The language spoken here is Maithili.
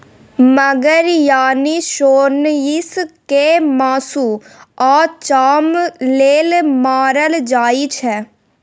मगर यानी सोंइस केँ मासु आ चाम लेल मारल जाइ छै